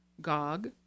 Gog